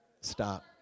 Stop